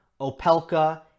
Opelka